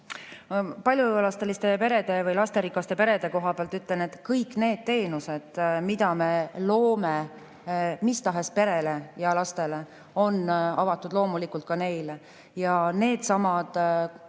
Paljulapseliste perede või lasterikaste perede kohta ütlen, et kõik need teenused, mida me loome mis tahes perele ja lastele, on avatud loomulikult ka neile. Needsamad kohaliku